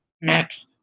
next